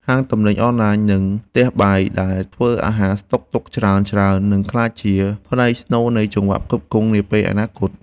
ហាងទំនិញអនឡាញ និងផ្ទះបាយដែលធ្វើអាហារស្តុកទុកច្រើនៗ នឹងក្លាយជាផ្នែកស្នូលនៃចង្វាក់ផ្គត់ផ្គង់នាពេលអនាគត។